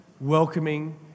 welcoming